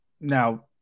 Now